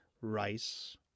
rice